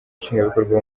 nshingwabikorwa